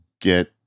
get